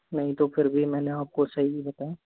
नहीं तो फिर भी मैंने आपको सही ही बताया